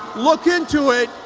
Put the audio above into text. look into it.